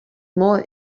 more